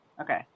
Okay